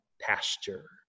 pasture